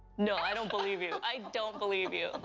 no, i don't believe you. i don't believe you.